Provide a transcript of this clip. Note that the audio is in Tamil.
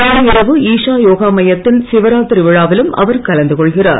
நாளை இரவு ஈஷா யோக மையத்தின் சிவராத்திரி விழாவிலும் அவர் கலந்து கொள்கிறார்